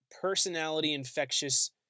personality-infectious